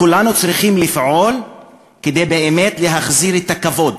כולנו צריכים לפעול כדי באמת להחזיר את הכבוד